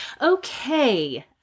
okay